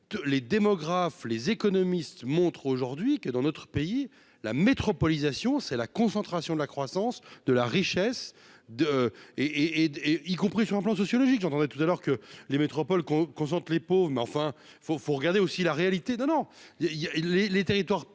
les démographes les économistes montre aujourd'hui que dans notre pays la métropolisation, c'est la concentration de la croissance de la richesse de et et y compris sur le plan sociologique, j'entendais tout à l'heure que les métropoles qu'on qu'on sente les pauvres mais enfin faut faut regarder aussi la réalité non il y a, il y a, il les